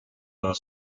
are